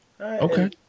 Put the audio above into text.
Okay